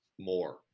more